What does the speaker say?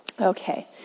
Okay